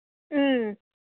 ꯎꯝ